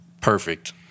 perfect